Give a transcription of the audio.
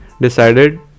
Decided